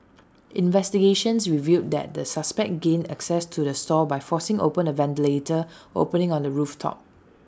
investigations revealed that the suspects gained access to the stall by forcing open A ventilator opening on the roof top